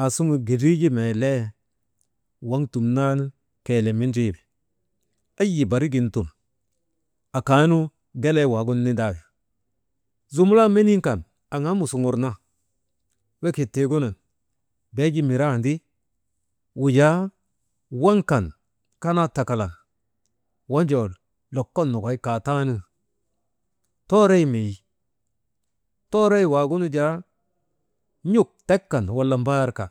Aasuŋun gindrii ju melee, waŋ dumnanu keele mendrii weri. Eyyi barigin dum akaanu gelee waagunu nindaayi. Zumulan meniinu kan aŋaa musuŋurna, wekit tiigunun beeju mirandaa, wujaa waŋ kan kanaa takalan, wojoo lokol nokoy kaataanu, torey meyi torey torey waagunu jaa n̰uk tek kan wala mbaar kan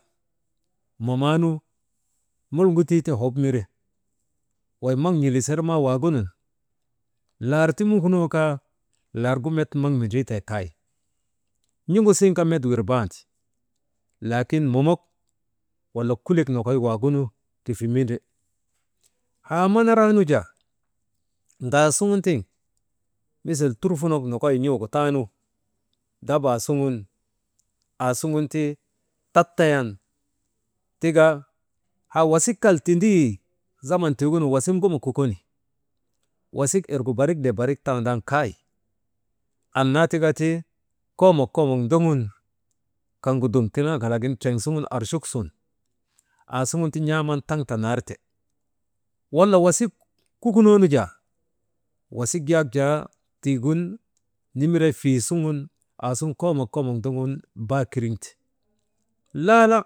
mamaanu momgutuu ti hop mire, wey maŋ n̰ilisir maa waagunun laar ti mukunoo kaa largu maŋ met mendrii tee kay n̰uŋusin kaa met wirbaandi, laakin momok wala, kulek mokoy waagunu trifi mindri. Haa manaraa nu jaa ŋaasugun tiŋ misil turfunok nokoy taanu dabaa suŋun aasugun ti tatayan tika, haa wasik kal tindii zaman tiigunun wasik ŋuma kukoni, wasik irgu barik le barik tandan kay, annaa tika ti koomok, koomok ndoŋun kaŋgu dum kilŋak kalagin triŋ suŋun, aasuŋun ti n̰aaman kanar te, wala wasik kukunoonu jaa, wasik yak jaa tiigin nimiree fiisuŋun koomok, kookomot ndogun baa kiriŋ te, laala.